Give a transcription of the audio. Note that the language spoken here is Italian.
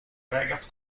vegas